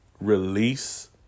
release